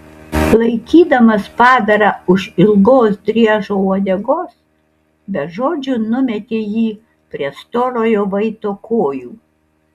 laikydamas padarą už ilgos driežo uodegos be žodžių numetė jį prie storojo vaito kojų